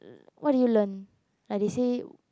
what did you learn like they say